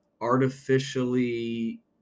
artificially